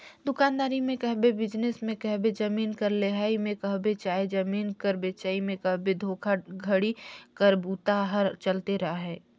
दुकानदारी में कहबे, बिजनेस में कहबे, जमीन कर लेहई में कहबे चहे जमीन कर बेंचई में कहबे धोखाघड़ी कर बूता हर चलते अहे